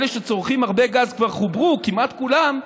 מאלה שצורכים הרבה גז כבר חוברו כמעט כולם,